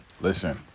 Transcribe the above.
Listen